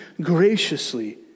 graciously